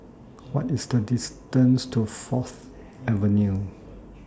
What IS The distance to Fourth Avenue